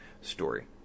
story